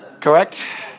Correct